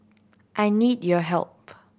I need your help